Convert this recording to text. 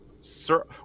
Sir